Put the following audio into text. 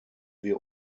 wir